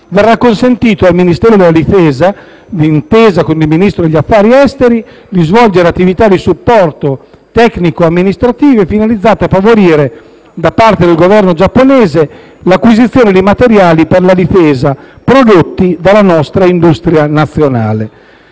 verrà consentito al Ministero della difesa, d'intesa con il Ministero degli affari esteri, di svolgere attività di supporto tecnico-amministrative finalizzate a favorire, da parte del Governo giapponese, l'acquisizione di materiali per la difesa prodotti dalla nostra industria nazionale.